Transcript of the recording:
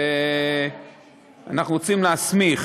אנחנו רוצים להסמיך